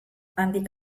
handik